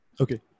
Okay